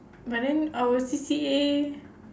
but then our C_C_A